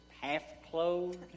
half-clothed